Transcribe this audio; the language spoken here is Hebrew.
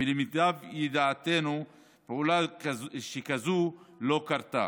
ולמיטב ידיעתנו פעולה כזאת לא קרתה.